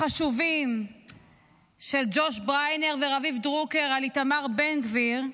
החשובים של ג'וש בריינר ורביב דרוקר על איתמר בן גביר,